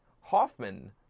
Hoffman